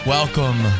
Welcome